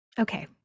Okay